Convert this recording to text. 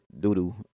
Doodoo